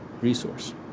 resource